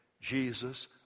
Jesus